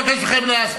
אני מבקש מכם להפסיק.